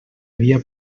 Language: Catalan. havia